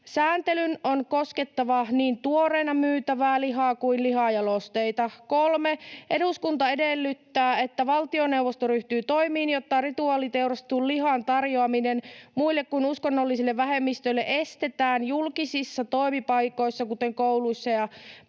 Sääntelyn on koskettava niin tuoreena myytävää lihaa kuin lihajalosteita.” ”3. Eduskunta edellyttää, että valtioneuvosto ryhtyy toimiin, jotta rituaaliteurastetun lihan tarjoaminen muille kuin uskonnollisille vähemmistöille estetään julkisissa toimipaikoissa, kuten kouluissa ja